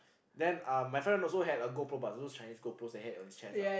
then uh my friend also had a GoPro but it's those Chinese GoPro that had on his chest lah